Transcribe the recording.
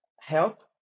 help